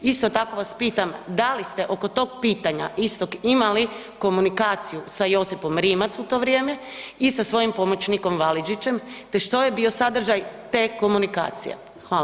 Isto tako vas pitam da li ste oko tog pitanja istog imali komunikaciju sa Josipom Rimac u to vrijeme i sa svojim pomoćnikom Validžićem te što je bio sadržaj te komunikacije?